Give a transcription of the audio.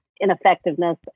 ineffectiveness